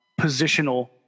positional